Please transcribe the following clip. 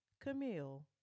Camille